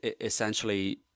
essentially